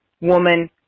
woman